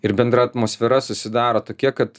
ir bendra atmosfera susidaro tokia kad